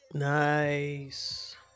Nice